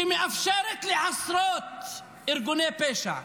שמאפשרת לעשרות ארגוני פשע,